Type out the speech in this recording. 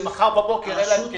למחר בבוקר אין להם כסף.